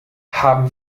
haben